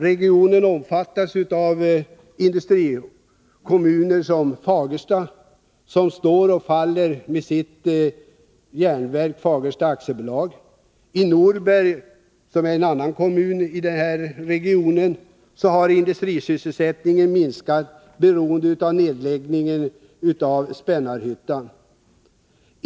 Regionen omfattar kommunen Fagersta, som står och faller med sitt järnverk Fagersta AB. I Norberg, som är en annan kommun i denna region, har industrisysselsättningen minskat beroende på nedläggningen av Spännarhyttan.